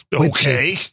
Okay